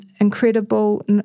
incredible